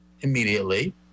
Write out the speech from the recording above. immediately